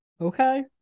Okay